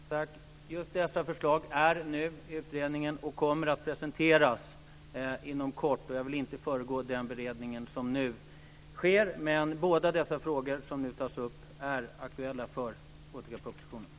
Fru talman! Just dessa förslag är nu föremål för utredning och kommer att presenteras inom kort. Jag vill inte föregå den beredning som nu sker. Men båda dessa frågor är aktuella för propositioner.